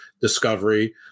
discovery